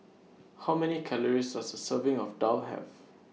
How Many Calories Does A Serving of Daal Have